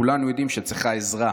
כולנו יודעים, המשטרה צריכה עזרה?